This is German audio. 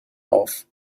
auf